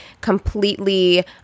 completely